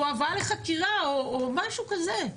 או הבאה לחקירה או משהו כזה.